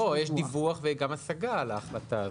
לא, יש דיווח וגם השגה על ההחלטה הזאת.